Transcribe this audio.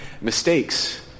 mistakes